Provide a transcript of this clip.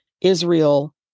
Israel